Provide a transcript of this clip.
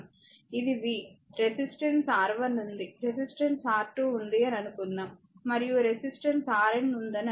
ఇది v resistance R1 ఉంది resistance R2 ఉంది అని అనుకుందాం మరియు రెసిస్టెన్స్ Rnఉందని అనుకుందాం